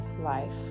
life